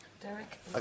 Derek